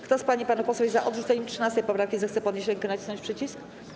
Kto z pań i panów posłów jest za odrzuceniem 13. poprawki, zechce podnieść rękę i nacisnąć przycisk.